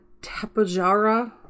Tapajara